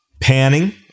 panning